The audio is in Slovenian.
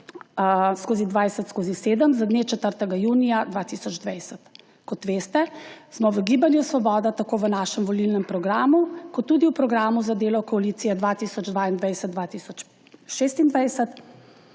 U-I-7/20-7 z dne 4. junija 2020. Kot veste, smo v Gibanju Svoboda tako v svojem volilnem programu kot tudi v Programu za delo koalicije 2022–2026